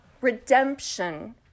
redemption